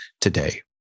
today